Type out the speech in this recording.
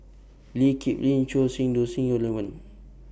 Lee Kip Lin Choor Singh Sidhu Lee Wen